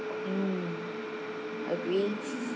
mm agree